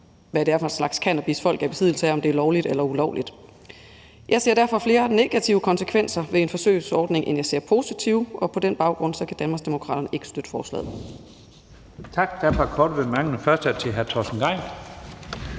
hvad det er for en slags cannabis, folk er i besiddelse af – om det er lovligt eller ulovligt. Jeg ser derfor flere negative konsekvenser ved en forsøgsordning end positive, og på den baggrund kan Danmarksdemokraterne ikke støtte forslaget.